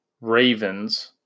Ravens